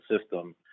system